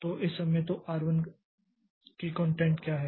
तो इस समय तो R 1 की कंटेंट क्या है